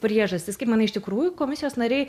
priežastys kaip manai iš tikrųjų komisijos nariai